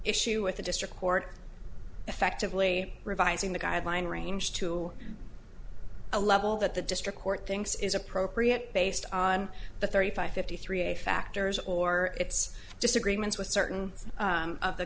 issue with the district court effectively revising the guideline range to a level that the district court thinks is appropriate based on the thirty five fifty three a factors or its disagreements with certain of the